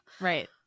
right